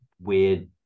weird